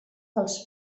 dels